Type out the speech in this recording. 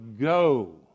go